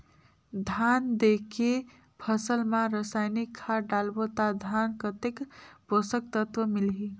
धान देंके फसल मा रसायनिक खाद डालबो ता धान कतेक पोषक तत्व मिलही?